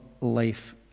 life